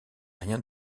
rien